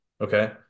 okay